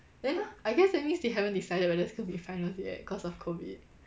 then I guess that means they haven't decided whether it's going to be finals yet cause of COVID